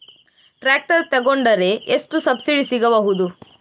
Tractor ತೊಕೊಂಡರೆ ಎಷ್ಟು subsidy ಸಿಗಬಹುದು?